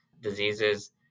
Diseases